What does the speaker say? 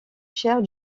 chers